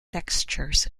textures